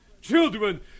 Children